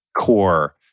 core